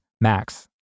Max